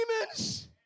demons